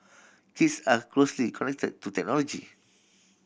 kids are closely connected to technology